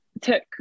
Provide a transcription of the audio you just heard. took